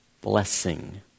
blessing